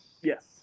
yes